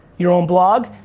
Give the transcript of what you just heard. your own blog.